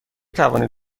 توانید